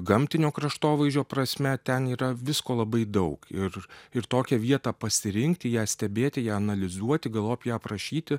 gamtinio kraštovaizdžio prasme ten yra visko labai daug ir ir tokią vietą pasirinkti ją stebėti ją analizuoti galop ją aprašyti